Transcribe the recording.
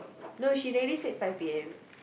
no she really said five p_m